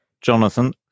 jonathan